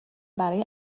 برای